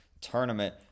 tournament